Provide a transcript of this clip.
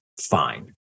fine